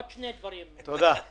תודה, פרופ'